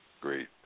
great